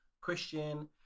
Christian